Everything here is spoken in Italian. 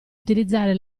utilizzare